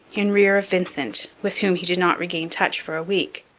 in rear of vincent, with whom he did not regain touch for a week.